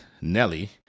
Nelly